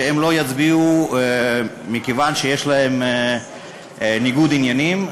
שהם לא יצביעו מכיוון שיש להם ניגוד עניינים,